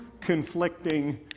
conflicting